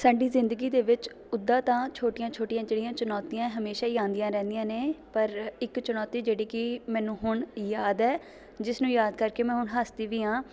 ਸਾਡੀ ਜ਼ਿੰਦਗੀ ਦੇ ਵਿੱਚ ਉੱਦਾਂ ਤਾਂ ਛੋਟੀਆਂ ਛੋਟੀਆਂ ਜਿਹੜੀਆਂ ਚੁਣੌਤੀਆਂ ਹੈ ਹਮੇਸ਼ਾ ਹੀ ਆਉਂਦੀਆਂ ਰਹਿੰਦੀਆਂ ਨੇ ਪਰ ਇੱਕ ਚੁਣੌਤੀ ਜਿਹੜੀ ਕਿ ਮੈਨੂੰ ਹੁਣ ਯਾਦ ਹੈ ਜਿਸ ਨੂੰ ਯਾਦ ਕਰਕੇ ਮੈਂ ਹੁਣ ਹੱਸਦੀ ਵੀ ਹਾਂ